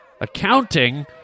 accounting